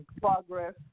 progress